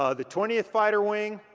ah the twentieth fighter wing